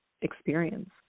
experience